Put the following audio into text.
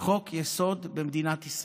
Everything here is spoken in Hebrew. חוק-יסוד במדינת ישראל.